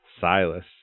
Silas